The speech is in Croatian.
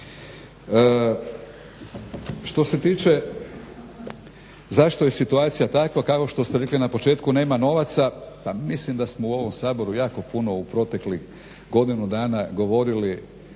Što se tiče zašto je situacija takva kao što ste rekli na početku nema novaca, pa mislim da smo u ovom Saboru jako puno u proteklih godinu dana govorili